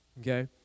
okay